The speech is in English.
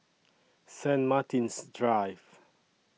Saint Martin's Drive